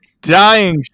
dying